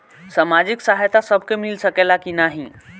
सामाजिक सहायता सबके मिल सकेला की नाहीं?